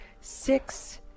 six